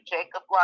Jacob